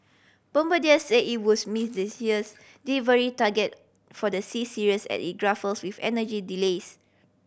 bombardier say it was miss this year's delivery target for the C Series as it with engine delays